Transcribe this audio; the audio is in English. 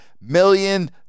million